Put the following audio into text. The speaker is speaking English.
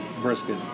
Brisket